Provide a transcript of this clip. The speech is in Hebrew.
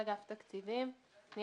אגף התקציבים, משרד האוצר.